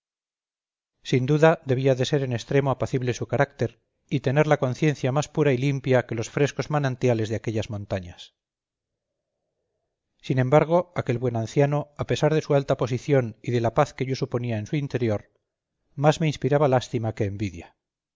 sin duda debía de ser en extremo apacible su carácter y tener la conciencia más pura y limpia que los frescos manantiales de aquellas montañas sin embargo aquel buen anciano a pesar de su alta posición y de la paz que yo suponía en su interior más me inspiraba lástima que envidia